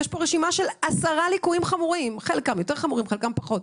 רשימה של עשרה ליקויים חמורים יותר וחמורים פחות,